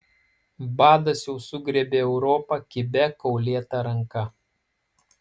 badas jau sugriebė europą kibia kaulėta ranka